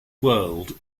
world